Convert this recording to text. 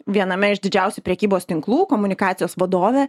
viename iš didžiausių prekybos tinklų komunikacijos vadove